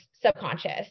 subconscious